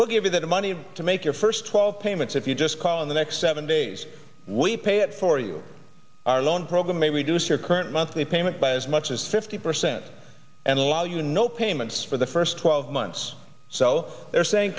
we'll give you the money to make your first twelve payments if you just call in the next seven days we pay it for you our loan program may reduce your current monthly payment by as much as fifty percent and allow you no payments for the first twelve months so they're saying